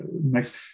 next